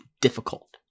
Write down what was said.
difficult